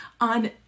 on